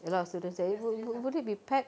a lot of students there wou~ wou~ would it be packed